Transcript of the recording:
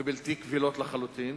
ובלתי קבילות לחלוטין.